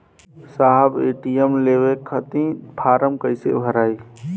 साहब ए.टी.एम लेवे खतीं फॉर्म कइसे भराई?